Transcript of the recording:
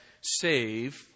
save